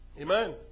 amen